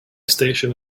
station